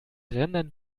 rendern